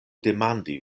demandi